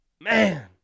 Man